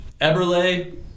Eberle